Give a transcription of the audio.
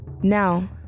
Now